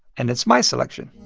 and it's my selection